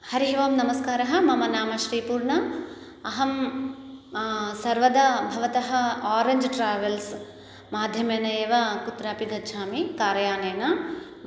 हरिः ओम् नमस्कारः मम नाम श्रिपूर्णा अहं सर्वदा भवतः ओरेञ्ज् ट्रावल्स् माध्यमेन एव कुत्रापि गच्छामि कार्यानेन